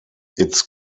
its